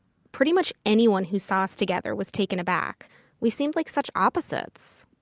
pretty much anyone who saw us together was taken aback we seemed like such opposites.